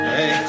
Hey